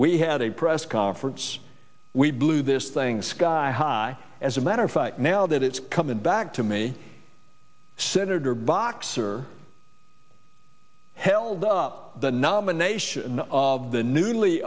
we had a press conference we blew this thing sky high as a matter fight now that it's coming back to me senator boxer held up the nomination of the newly